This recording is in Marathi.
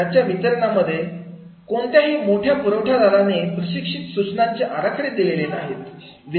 याच्या वितरणामध्ये कोणत्याही मोठ्या पुरवठादाराने प्रशिक्षित सूचनांचे आराखडे दिले नाहीत